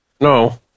No